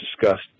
discussed